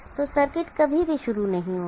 तो सर्किट कभी भी शुरू नहीं होगा